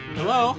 Hello